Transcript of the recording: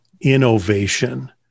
innovation